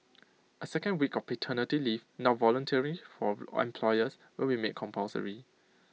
A second week of paternity leave now voluntary for employers will be made compulsory